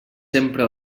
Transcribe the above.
sempre